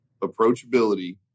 approachability